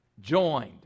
joined